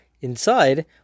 inside